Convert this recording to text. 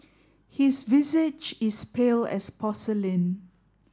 his visage is pale as porcelain